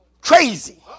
crazy